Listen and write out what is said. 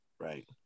right